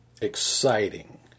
exciting